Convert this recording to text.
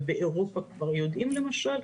ובאירופה כבר יודעים - למשל,